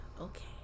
okay